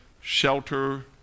shelter